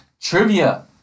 Trivia